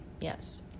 Yes